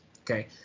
okay